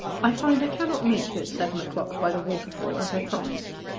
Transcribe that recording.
i find i cannot meet you at seven o'clock by the waterfall as i promised.